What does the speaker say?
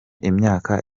imyaka